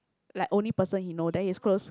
like only person he know then he's close